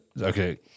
okay